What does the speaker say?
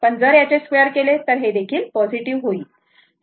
पण जर याचे स्क्वेअर केले तर हे याच्या सारखे कोईल